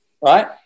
right